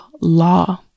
law